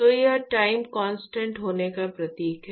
तो यह time constant होने का प्रतीक है